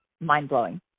mind-blowing